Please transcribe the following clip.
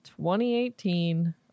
2018